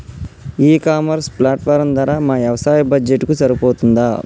ఈ e commerce platform ధర మా వ్యవసాయ బడ్జెట్ కు సరిపోతుందా?